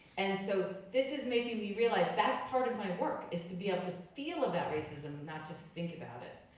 and so this is making me realize, that's part of my work, is to be able to feel about racism not just think about it.